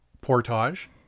portage